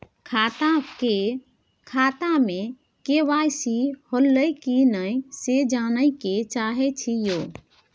खाता में के.वाई.सी होलै की नय से जानय के चाहेछि यो?